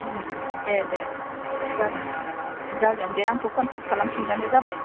दे दे जागोन जागोन दे आंखौ कन्टेक्ट खालामफिनबानो जाबाय